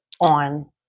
on